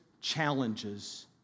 challenges